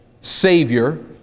Savior